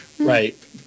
Right